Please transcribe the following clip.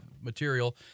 material